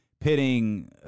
pitting